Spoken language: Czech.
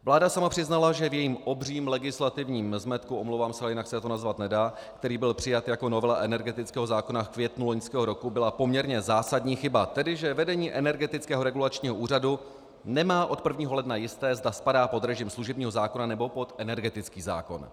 Vláda sama přiznala, že v jejím obřím legislativním zmetku, omlouvám se, ale jinak se to nazvat nedá, který byl přijat jako novela energetického zákona v květnu loňského roku, byla poměrně zásadní chyba, tedy že vedení Energetického regulačního úřadu nemá od 1. ledna jisté, zda spadá pod režim služebního zákona, nebo pod energetický zákon.